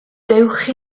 dewch